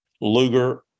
Luger